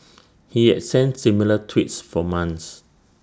he had sent similar tweets for months